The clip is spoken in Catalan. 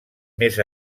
més